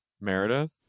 Meredith